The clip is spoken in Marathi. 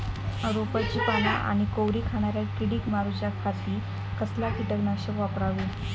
रोपाची पाना आनी कोवरी खाणाऱ्या किडीक मारूच्या खाती कसला किटकनाशक वापरावे?